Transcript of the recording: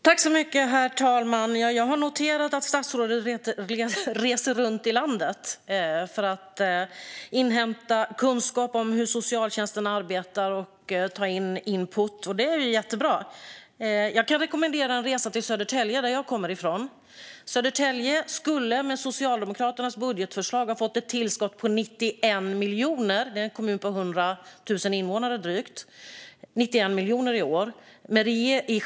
Herr talman! Jag har noterat att statsrådet reser runt i landet för att inhämta kunskap om hur socialtjänsten arbetar och ta in input. Det är jättebra! Jag kan rekommendera en resa till Södertälje, som jag kommer från. Södertälje skulle med Socialdemokraternas budgetförslag ha fått ett tillskott på 91 miljoner i år i generella statsbidrag. Det är en kommun med drygt 100 000 invånare.